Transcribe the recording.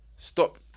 stop